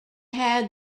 had